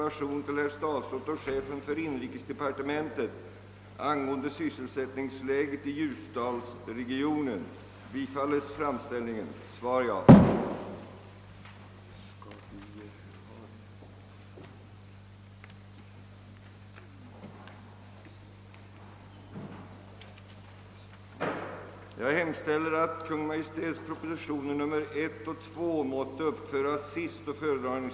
Under vissa månader hopar sig helgdagarna på ett ogynnsamt sätt, och även om detta kan vara diskutabelt kvarstår det faktum att arbetarna ofta önskar använda arbetstidsförkortningen för att få ledighet på håldagar.